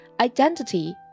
Identity